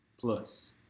plus